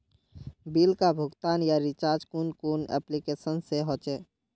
Bill का भुगतान या रिचार्ज कुन कुन एप्लिकेशन से होचे?